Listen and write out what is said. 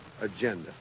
agenda